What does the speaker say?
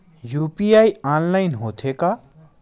UPI online होथे का?